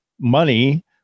money